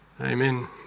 Amen